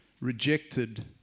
rejected